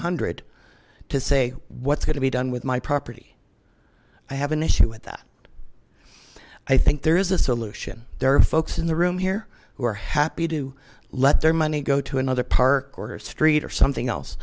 hundred to say what's gonna be done with my property i have an issue with that i think there is a solution there are folks in the room here who are happy to let their money go to another park or a street or something else